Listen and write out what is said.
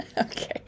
Okay